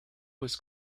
was